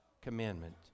commandment